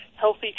healthy